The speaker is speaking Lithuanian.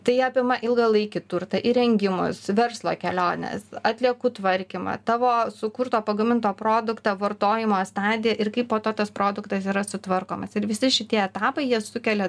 tai apima ilgalaikį turtą įrengimus verslo keliones atliekų tvarkymą tavo sukurto pagaminto produktą vartojimo stadiją ir kaip po to tas produktas yra sutvarkomas ir visi šitie etapai jie sukelia